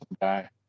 guy